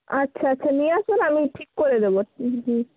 আচ্ছা আচ্ছা নিয়ে আসুন আমি ঠিক করে দেবো হুম হুম